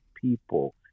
people